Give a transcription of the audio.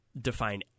define